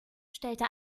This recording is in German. stellte